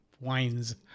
Wines